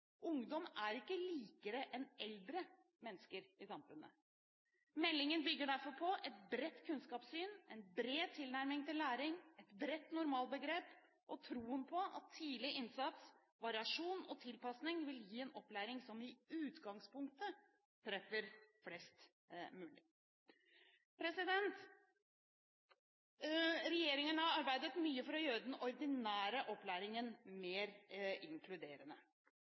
Ungdom er ikke likere enn eldre mennesker i samfunnet. Meldingen bygger derfor på et bredt kunnskapssyn, en bred tilnærming til læring, et bredt normalbegrep og troen på at tidlig innsats, variasjon og tilpasning vil gi en opplæring som i utgangspunktet treffer flest mulig. Regjeringen har arbeidet mye for å gjøre den ordinære opplæringen mer inkluderende.